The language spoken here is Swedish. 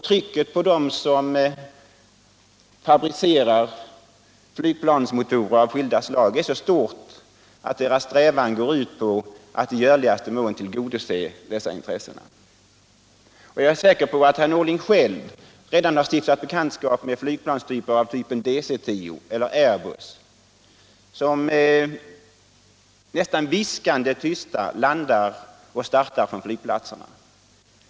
Trycket på dem som fabricerar flygplansmotorer av skilda slag är så stort att deras strävan går ut på att i görligaste mån tillgodose dessa intressen. Jag är säker på att herr Norling själv redan har stiftat bekantskap med flygplan av typen DC-10, airbuss, som nästan viskande tyst landar och startar på flygplatserna.